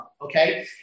okay